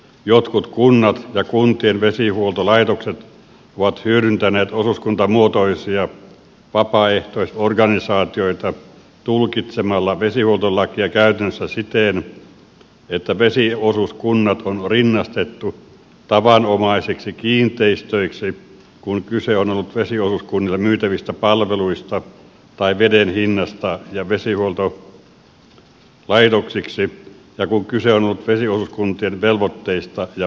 jotkut kunnat ja kuntien vesihuoltolaitokset ovat hyödyntäneet osuuskuntamuotoisia vapaaehtoisorganisaatioita tulkitsemalla vesihuoltolakia käytännössä siten että vesiosuuskunnat on rinnastettu tavanomaisiksi kiinteistöiksi kun kyse on ollut vesiosuuskunnille myytävistä palveluista tai veden hinnasta ja vesihuoltolaitoksiksi kun kyse on ollut vesiosuuskuntien velvoitteista ja vastuista